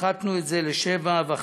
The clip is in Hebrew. הפחתנו את זה ל-7.5%.